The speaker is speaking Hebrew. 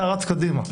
אתה רץ קדימה,